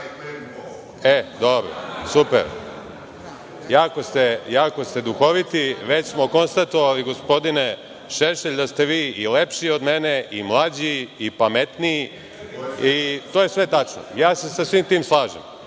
klempo?)Dobro, super. Jako ste duhoviti. Već smo konstatovali, gospodine Šešelj, da ste vi i lepši od mene, i mlađi, i pametniji, i to je sve tačno. Ja se sa svim tim slažem,